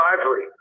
Ivory